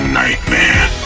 nightmare